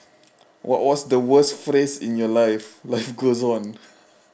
what was the worst phrase in your life life goes one